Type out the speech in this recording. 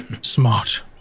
smart